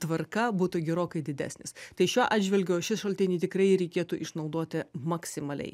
tvarka būtų gerokai didesnis tai šiuo atžvilgiu šį šaltinį tikrai reikėtų išnaudoti maksimaliai